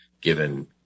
given